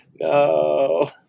No